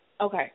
Okay